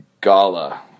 gala